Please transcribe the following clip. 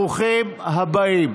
ברוכים הבאים.